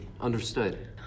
understood